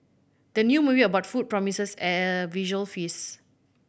the new movie about food promises a visual feast